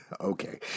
Okay